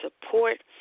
support